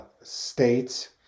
states